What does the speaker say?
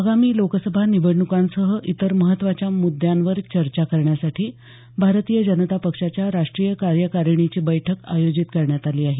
आगामी लोकसभा निवडणुकांसह इतर महत्त्वाच्या मुद्द्यांवर चर्चा करण्यासाठी भारतीय जनता पक्षाच्या राष्ट्रीय कार्यकारिणीची बैठक आयोजित करण्यात आली आहे